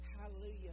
Hallelujah